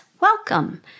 Welcome